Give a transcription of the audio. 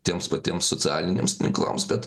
tiems patiems socialiniams tinklams bet